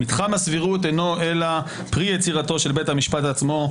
מתחם הסבירות אינו אלא פרי יצירתו של בית המשפט עצמו,